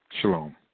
Shalom